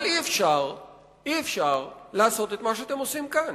אבל אי-אפשר לעשות את מה שאתם עושים כאן.